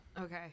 Okay